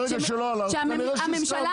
ברגע שלא הלכת אז כנראה שהסכמת.